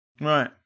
Right